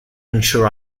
ensure